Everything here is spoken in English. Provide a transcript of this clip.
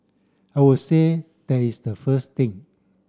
I would say that is the first thing